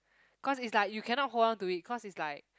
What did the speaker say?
cause is like you cannot hold on to it cause is like